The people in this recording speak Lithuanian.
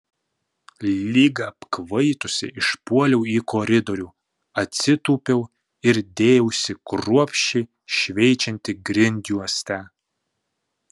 lyg apkvaitusi išpuoliau į koridorių atsitūpiau ir dėjausi kruopščiai šveičianti grindjuostę